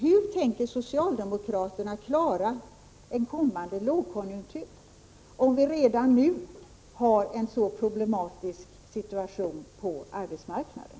Hur tänker socialdemokraterna klara en kommande lågkonjunktur, om vi redan nu har en så problematisk situation på arbetsmarknaden?